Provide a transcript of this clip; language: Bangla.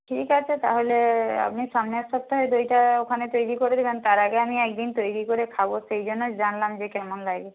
ঠিক আছে তাহলে আপনি সামনের সপ্তাহে দইটা ওখানে তৈরি করে দেবেন তার আগে আমি একদিন তৈরি করে খাব সেই জন্য জানলাম যে কেমন লাগে